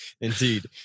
Indeed